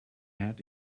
had